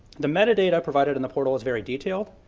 the metadata provided in the portal is very detailed,